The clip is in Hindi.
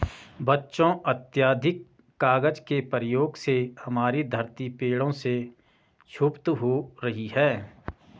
बच्चों अत्याधिक कागज के प्रयोग से हमारी धरती पेड़ों से क्षुब्ध हो रही है